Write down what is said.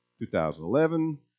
2011